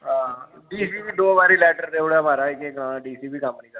हां D C गी दो बारी लेटर देई ओड़ेआ महाराज केह् करां डी सी बी निं कम्म करदा